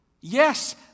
Yes